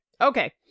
Okay